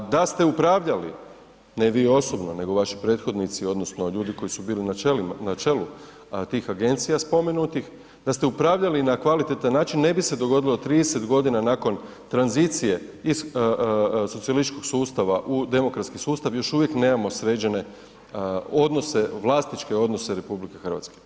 Da ste upravljali, ne vi osobno nego vaši prethodnici odnosno ljudi koji su bili na čelu tih agencija spomenutih, da ste upravljali na kvalitetan način, ne bi se dogodilo 30.g. nakon tranzicije iz socijalističkog sustava u demokratski sustav još uvijek nemamo sređene odnose, vlasničke odnose RH.